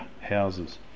houses